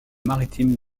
maritime